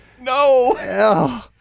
No